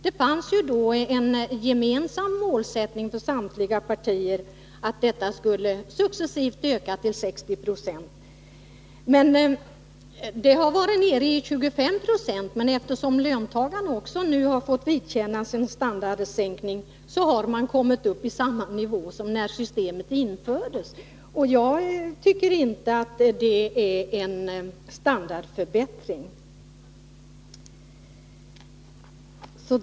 Då fanns det en gemensam målsättning för samtliga partier att pensionerna successivt skulle öka till 60 26. De har varit nere i 25 70, men eftersom löntagarna nu också har fått vidkännas en standardsänkning har man kommit upp i samma nivå som när systemet infördes. Jag tycker inte att det är en standardförbättring.